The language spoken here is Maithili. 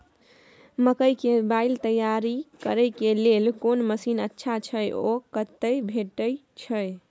मकई के बाईल तैयारी करे के लेल कोन मसीन अच्छा छै ओ कतय भेटय छै